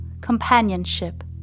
companionship